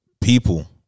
people